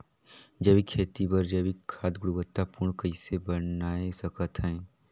जैविक खेती बर जैविक खाद गुणवत्ता पूर्ण कइसे बनाय सकत हैं?